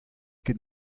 ket